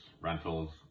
rentals